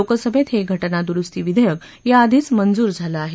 लोकसभेत हे घटना दुरुस्ती विधेयक याआधीच मंजूर झालं आहे